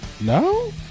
No